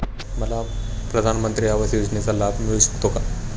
मला प्रधानमंत्री आवास योजनेचा लाभ मिळू शकतो का?